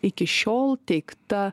iki šiol teikta